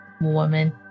woman